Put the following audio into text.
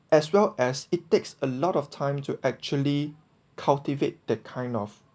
as well as it takes a lot of time to actually cultivate the kind of